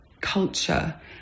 culture